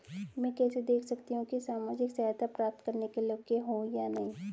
मैं कैसे देख सकती हूँ कि मैं सामाजिक सहायता प्राप्त करने के योग्य हूँ या नहीं?